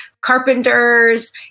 carpenters